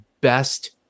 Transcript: best